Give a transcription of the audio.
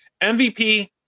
MVP